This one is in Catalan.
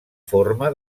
forma